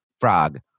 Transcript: Frog